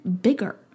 bigger